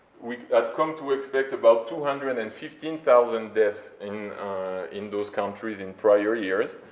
we had come to expect about two hundred and fifteen thousand deaths in in those countries in prior years,